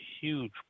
huge